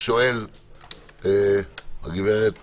הגברת